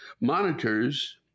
monitors